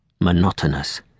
monotonous